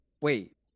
wait